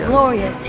Gloria